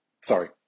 sorry